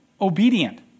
obedient